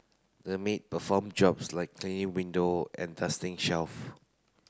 the maid perform jobs like cleaning window and dusting shelf